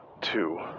two